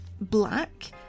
black